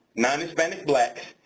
non-hispanic blacks,